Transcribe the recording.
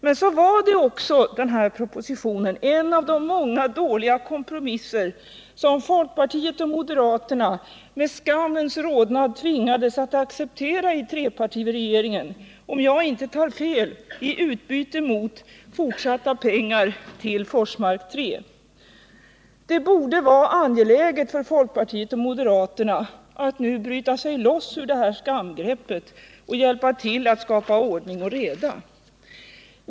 Men så var också den här propositionen en av de många dåliga kompromisser som folkpartiet och moderaterna med skammens rodnad tvingades att acceptera i trepartiregeringen, om jag inte tar fel i utbyte mot fortsatta pengar till Forsmark 3. Det borde vara angeläget för folkpartiet och moderaterna att nu bryta sig loss ur det här skamgreppet och hjälpa till att skapa ordning och reda.